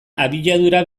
abiadura